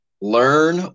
learn